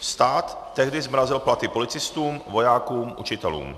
Stát tehdy zmrazil platy policistům, vojákům, učitelům.